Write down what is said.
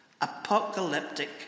apocalyptic